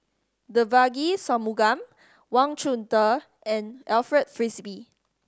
Devagi Sanmugam Wang Chunde and Alfred Frisby